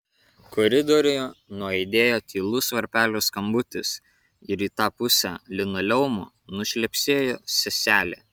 koridoriuje nuaidėjo tylus varpelio skambutis ir į tą pusę linoleumu nušlepsėjo seselė